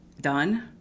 done